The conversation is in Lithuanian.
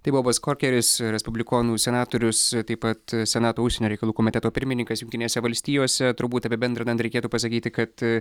tai bobas kokeris respublikonų senatorius taip pat senato užsienio reikalų komiteto pirmininkas jungtinėse valstijose turbūt apibendrinant reikėtų pasakyti kad